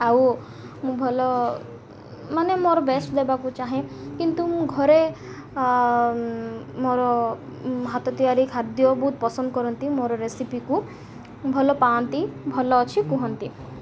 ଆଉ ମୁଁ ଭଲ ମାନେ ମୋର ବେଷ୍ଟ ଦେବାକୁ ଚାହେଁ କିନ୍ତୁ ମୁଁ ଘରେ ମୋର ହାତ ତିଆରି ଖାଦ୍ୟ ବହୁତ ପସନ୍ଦ କରନ୍ତି ମୋର ରେସିପିକୁ ଭଲ ପାଆନ୍ତି ଭଲ ଅଛି କୁହନ୍ତି